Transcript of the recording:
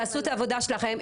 תעשו את העבודה שלכם,